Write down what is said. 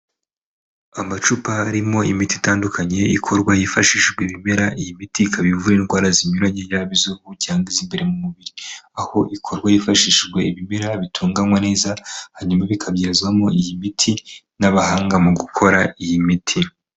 Amacupa arimo imiti itandukanye ikorwa hifashishijwe ibimera iyi miti ikaba ivura indwara zinyuranye yaba iz’uruhu cyangwa iz’imbere mu mubiri aho ikorwa hifashishijwe ibimera bitunganywa neza hanyuma bikabyazwamo iyi miti n'abahanga mu gukora iyi miti.